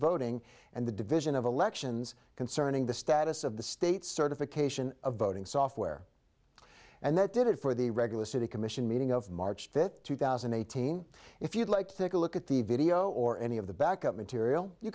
voting and the division of elections concerning the status of the state certification of voting software and that did it for the regular city commission meeting of march fifth two thousand and eighteen if you'd like to think a look at the video or any of the back up material you